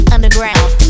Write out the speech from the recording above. Underground